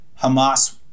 Hamas